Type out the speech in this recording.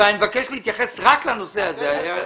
אבל אני מבקש להתייחס רק לנושא הזה.